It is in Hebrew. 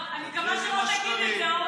אני מקווה שלא תגיד את זה,